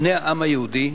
בני העם היהודי,